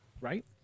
Right